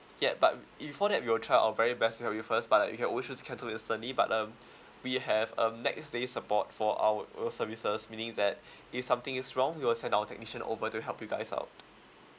yup but before that we will try our very best to help you first but uh you can always choose to cancel it but um we have um next day support for our uh services meaning that if something is wrong we will send our technician over to help you guys out